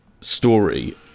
story